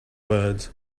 word